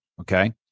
Okay